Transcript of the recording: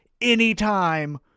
anytime